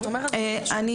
הפערים